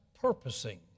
purposing